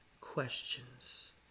questions